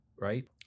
right